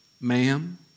Ma'am